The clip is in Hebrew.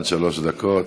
עד שלוש דקות.